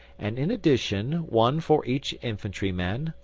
and in addition one for each infantry-man,